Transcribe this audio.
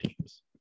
teams